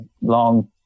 long